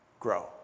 grow